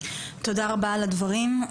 תודה רבה על הדברים.